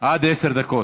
עד עשר דקות.